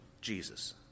Jesus